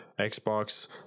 xbox